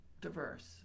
Diverse